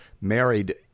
married